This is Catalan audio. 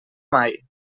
mai